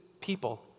people